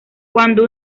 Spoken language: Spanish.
cuando